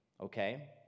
okay